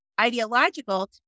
ideological